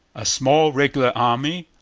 a small regular army,